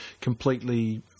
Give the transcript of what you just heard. completely